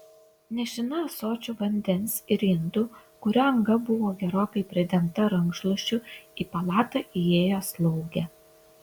nešina ąsočiu vandens ir indu kurio anga buvo gerokai pridengta rankšluosčiu į palatą įėjo slaugė